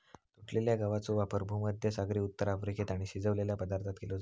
तुटलेल्या गवाचो वापर भुमध्यसागरी उत्तर अफ्रिकेत आणि शिजवलेल्या पदार्थांत केलो जाता